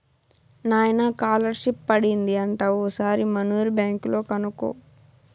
నాయనా కాలర్షిప్ పడింది అంట ఓసారి మనూరి బ్యాంక్ లో కనుకో